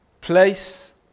place